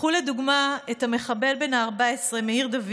קחו לדוגמה את המחבל בן ה-14 מעיר דוד